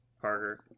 Parker